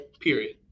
Period